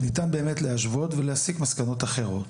ניתן באמת להשוות ולהסיק מסקנות אחרות.